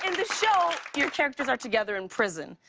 and the show, your characters are together in prison.